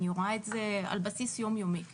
אני רואה את זה על בסיס יומיומי.